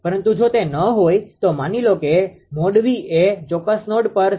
પરંતુ જો તે ન હોય તો માની લો કે મોડ V એ ચોક્કસ નોડ પર 0